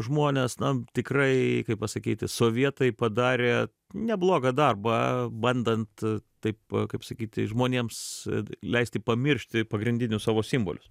žmones na tikrai kaip pasakyti sovietai padarė neblogą darbą bandant taip kaip sakyti žmonėms leisti pamiršti pagrindinius savo simbolius